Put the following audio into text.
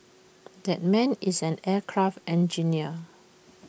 that man is an aircraft engineer